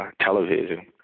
television